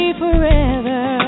forever